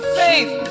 faith